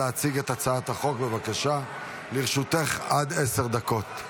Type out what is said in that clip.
הצעת חוק ביטוח בריאות ממלכתי (תיקון,